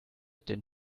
denn